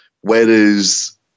whereas